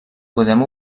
podem